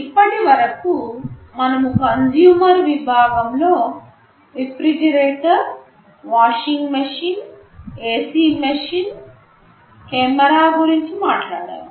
ఇప్పటివరకు మనము కన్జ్యూమర్ విభాగం లో refrigerator washing machine AC machine camera గురించి మాట్లాడాము